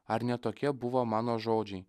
ar ne tokie buvo mano žodžiai